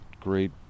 great